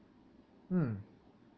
mm